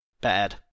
Bad